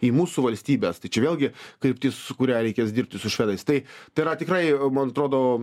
į mūsų valstybes tai čia vėlgi kryptissu kuria reikės dirbti su švedais tai tai yra tikrai man atrodo